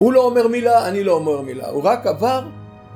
הוא לא אומר מילה, אני לא אומר מילה. הוא רק עבר.